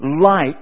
light